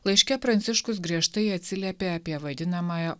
laiške pranciškus griežtai atsiliepė apie vadinamąją